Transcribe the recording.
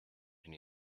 and